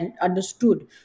understood